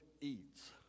eats